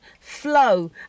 flow